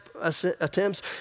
attempts